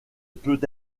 peut